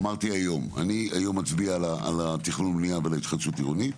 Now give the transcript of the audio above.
ואמרתי היום שאני היום מצביע על התכנון והבנייה ועל ההתחדשות העירונית.